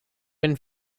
been